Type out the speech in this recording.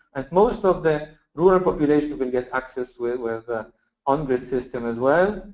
and most of the rural population will get access with with ah on-grid system as well.